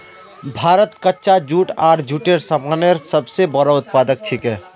भारत कच्चा जूट आर जूटेर सामानेर सब स बोरो उत्पादक छिके